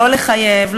לא לחייב,